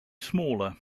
smaller